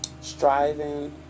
striving